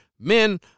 Men